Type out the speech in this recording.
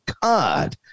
God